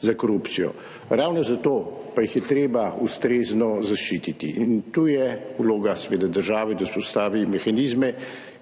za korupcijo. Ravno zato pa jih je treba ustrezno zaščititi. In tu je seveda vloga države, da vzpostavi mehanizme,